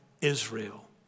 Israel